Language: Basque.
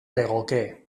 legoke